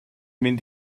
mynd